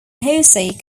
jose